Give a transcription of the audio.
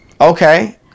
Okay